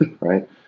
right